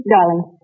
Darling